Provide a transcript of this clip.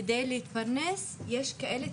כדי להתפרנס יש כאלה,